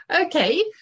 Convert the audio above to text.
Okay